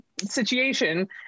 situation